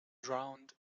drowned